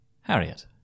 Harriet